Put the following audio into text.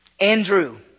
Andrew